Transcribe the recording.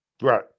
Right